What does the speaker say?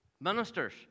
Ministers